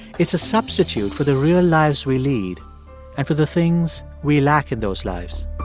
it's a substitute for the real lives we lead and for the things we lack in those lives.